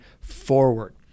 forward